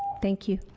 thank you.